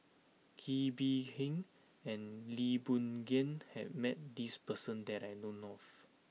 Kee Bee Khim and Lee Boon Ngan has met this person that I known of